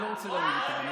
אני לא רוצה לריב איתה.